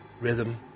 rhythm